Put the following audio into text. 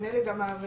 נדמה לי שגם העבירה